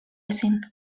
ezin